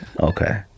Okay